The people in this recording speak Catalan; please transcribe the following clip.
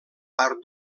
part